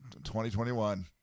2021